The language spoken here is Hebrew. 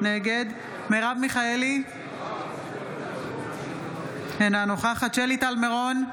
נגד מרב מיכאלי, אינה נוכחת שלי טל מירון,